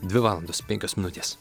dvi valandos penkios minutės